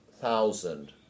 thousand